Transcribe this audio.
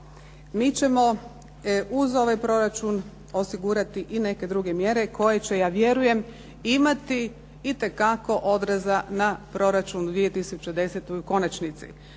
Mi ćemo uz ovaj proračun osigurati i neke druge mjere koje će, ja vjerujem, imati itekako odraza na proračun 2010. u konačnici.